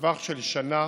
לטווח של שנה,